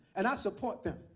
and i support him.